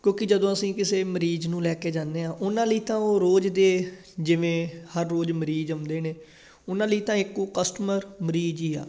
ਕਿਉਂਕਿ ਜਦੋਂ ਅਸੀਂ ਕਿਸੇ ਮਰੀਜ਼ ਨੂੰ ਲੈ ਕੇ ਜਾਂਦੇ ਹਾਂ ਉਹਨਾਂ ਲਈ ਤਾਂ ਉਹ ਰੋਜ਼ ਦੇ ਜਿਵੇਂ ਹਰ ਰੋਜ਼ ਮਰੀਜ਼ ਆਉਂਦੇ ਨੇ ਉਹਨਾਂ ਲਈ ਤਾਂ ਇੱਕੋ ਕਸਟਮਰ ਮਰੀਜ਼ ਹੀ ਆ